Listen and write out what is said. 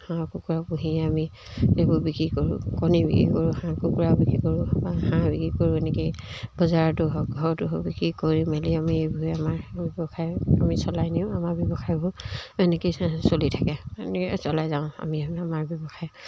হাঁহ কুকুৰা পুহিয়ে আমি এইবোৰ বিক্ৰী কৰোঁ কণী বিক্ৰী কৰোঁ হাঁহ কুকুৰা বিক্ৰী কৰোঁ হাঁহ বিক্ৰী কৰোঁ এনেকেই বজাৰতো হওক ঘৰটো বিক্ৰী কৰি মেলি আমি এইবোৰে আমাৰ ব্যৱসায় আমি চলাই নিওঁ আমাৰ ব্যৱসায়বোৰ এনেকেই চলি থাকে এনে চলাই যাওঁ আমি আমাৰ ব্যৱসায়